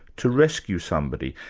to rescue somebody.